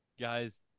Guys